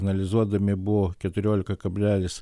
analizuodami buvo keturiolika kablelis